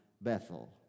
Bethel